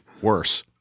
Worse